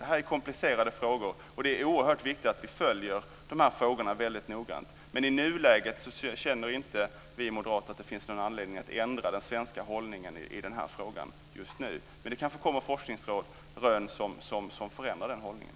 Det här är komplicerade frågor, och det är oerhört viktigt att vi följer dem väldigt noggrant. I nuläget känner inte vi moderater att det finns någon anledning att ändra den svenska hållningen i den här frågan, men det kanske kommer forskningsrön som förändrar den hållningen.